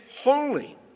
holy